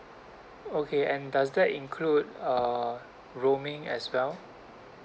okay and does that include uh roaming as well